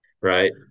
Right